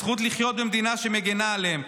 הזכות לחיות במדינה שמגנה עליהם,